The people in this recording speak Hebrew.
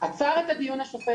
עצר את הדיון השופט,